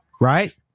right